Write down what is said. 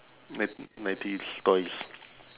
nine~ nineties toys